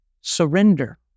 surrender